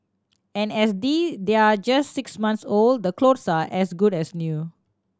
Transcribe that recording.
and as they're just six months old the clothes are as good as new